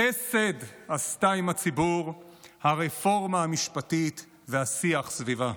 חסד עשתה עם הציבור הרפורמה המשפטית והשיח סביבה.